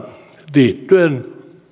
liittyen